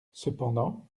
cependant